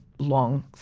long